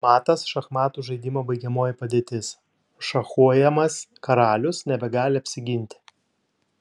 matas šachmatų žaidimo baigiamoji padėtis šachuojamas karalius nebegali apsiginti